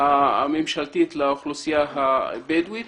הממשלתית לאוכלוסייה הבדואית